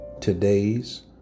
Today's